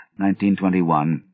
1921